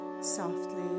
softly